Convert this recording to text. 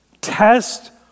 test